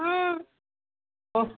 ఆ